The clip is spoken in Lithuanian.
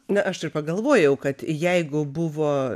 na aš ir pagalvojau kad jeigu buvo